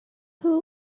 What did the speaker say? who